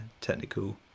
technical